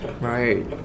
Right